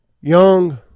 young